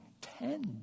Ten